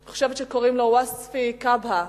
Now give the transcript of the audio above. אני חושבת שקוראים לו וספי כבהא,